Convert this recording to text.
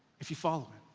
if you follow him,